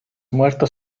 muertos